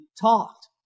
talked